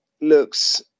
looks